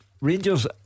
Rangers